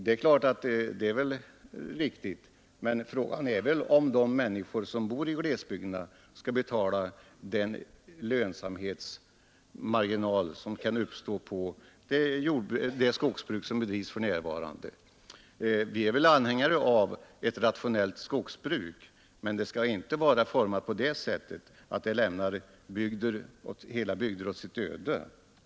Det är klart att det är riktigt. Men frågan är väl om de människor som bor i glesbygderna skall betala de vinster som kan uppstå på det skogsbruk som bedrivs för närvarande. Vi är anhängare av ett rationellt skogsbruk, men det skall inte vara så utformat att det lämnar hela bygder åt sitt öde.